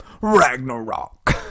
Ragnarok